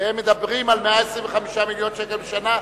והם מדברים על 125 מיליון שקלים בשנה.